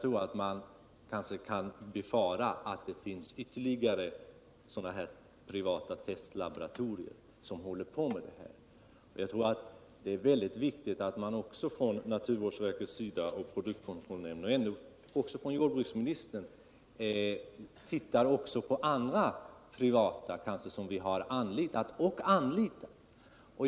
Vi vet att det finns ytterligare ett antal privata laboratorier i olika länder som utför undersökningar av bekämpningsmedel och andra gifter. Jag tycker att det är väldigt viktigt att naturvårdsverket och produktkontrollnämnden och också jordbruksministern tittar på andra laboratorier som vi har anlitat och anlitar.